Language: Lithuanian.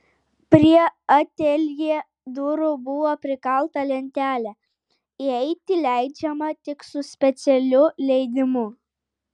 prie ateljė durų buvo prikalta lentelė įeiti leidžiama tik su specialiu leidimu